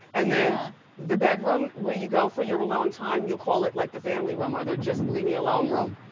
and then the bedroom where you go for your alone time. you'll call it like the family room or the just leave me alone room.